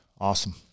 Awesome